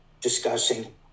discussing